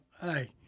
hey